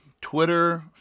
Twitter